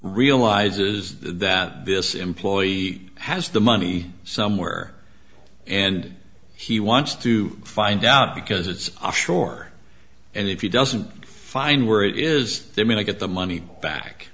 realizes that this employee has the money somewhere and he wants to find out because it's offshore and if you doesn't find where it is they're going to get the money back